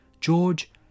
George